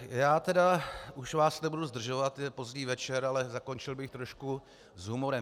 Já tedy už vás nebudu zdržovat, je pozdní večer, ale zakončil bych trošku s humorem.